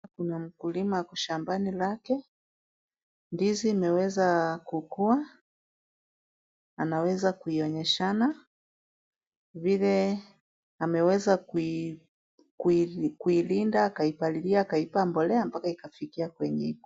Kuna mkulima ako shambani lake. Ndizi imeweza kukuwa. Imeweza kuinyeshana. Imeweza kuionyeshana vile ameweza kuilinda, akaipalilia akaipa mbolea mpaka ikafikia kwenye iko.